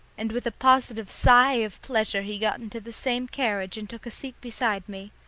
and with a positive sigh of pleasure he got into the same carriage and took a seat beside me.